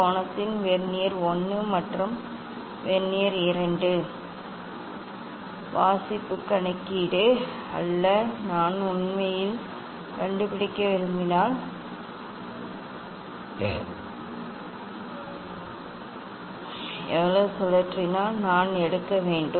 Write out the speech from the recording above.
கோணத்தின் வெர்னியர் 1 மற்றும் வெர்னியர் 2 வாசிப்பு கணக்கீடு அல்ல நான் உண்மையில் கண்டுபிடிக்க விரும்பினால் எவ்வளவு சுழற்றினால் நாம் எடுக்க வேண்டும்